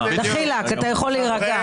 דחילק, אתה יכול להירגע.